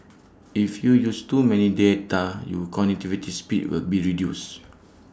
if you use too many data your connectivity speed will be reduced